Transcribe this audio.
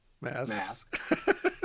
Mask